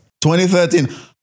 2013